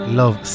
love